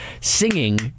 singing